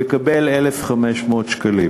יקבל 1,500 שקלים,